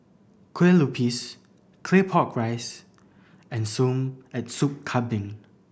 kue lupis Claypot Rice and Sup Kambing